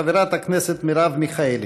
חברת הכנסת מרב מיכאלי.